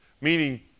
Meaning